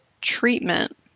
treatment